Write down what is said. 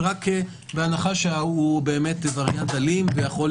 זה רק בהנחה שהוא באמת וריאנט אלים ויכול